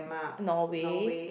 Norway